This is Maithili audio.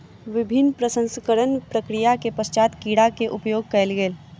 विभिन्न प्रसंस्करणक प्रक्रिया के पश्चात कीड़ा के उपयोग कयल गेल